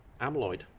amyloid